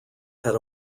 had